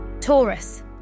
Taurus